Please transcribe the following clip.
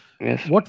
Yes